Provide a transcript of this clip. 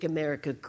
America